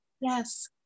Yes